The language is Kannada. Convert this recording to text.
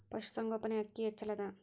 ಪಶುಸಂಗೋಪನೆ ಅಕ್ಕಿ ಹೆಚ್ಚೆಲದಾ?